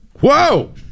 whoa